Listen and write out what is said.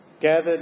gathered